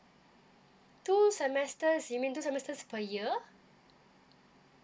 two semesters you mean two semesters per year